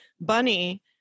Bunny